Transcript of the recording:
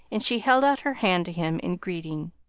and she held out her hand to him in greeting.